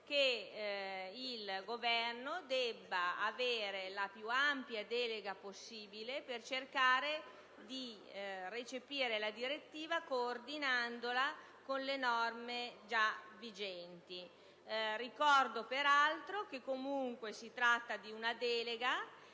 che il Governo debba avere la più ampia delega possibile per cercare di recepire la direttiva, coordinandola con le norme già vigenti. Ricordo comunque che si tratta di una delega